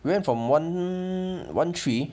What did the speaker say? went from one one three